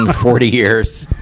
and forty years.